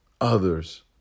others